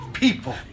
people